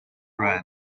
bread